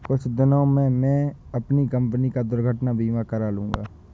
कुछ दिनों में मैं अपनी कंपनी का दुर्घटना बीमा करा लूंगा